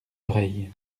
oreilles